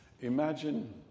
Imagine